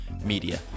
media